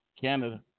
Canada